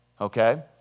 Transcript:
okay